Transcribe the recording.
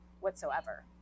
whatsoever